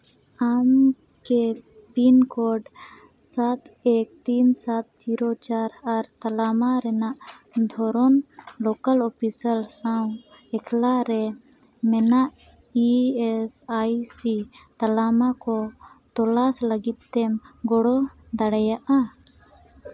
ᱟᱢ ᱪᱮᱫ pin code ᱥᱟᱛ ᱮᱹᱠ ᱛᱤᱱ ᱥᱟᱛ ᱡᱤᱨᱳ ᱪᱟᱨ ᱟᱨ ᱛᱟᱞᱢᱟ ᱨᱮᱱᱟᱜ ᱫᱷᱚᱨᱚᱱ ᱞᱳᱠᱟᱞ ᱚᱯᱷᱤᱥᱟᱨ ᱥᱟᱶ ᱮᱠᱞᱟ ᱨᱮ ᱢᱮᱱᱟᱜ ᱤ ᱮᱹᱥ ᱟᱭ ᱥᱤ ᱛᱟᱞᱢᱟ ᱠᱚ ᱛᱚᱞᱟᱥ ᱞᱟᱹᱜᱤᱫ ᱛᱮᱢ ᱜᱚᱲᱚ ᱫᱟᱲᱮᱭᱟᱜᱼᱟ